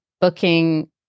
booking